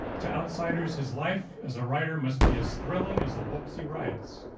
to outsiders, his life as a writer must be as thrilling as the books he writes.